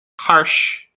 harsh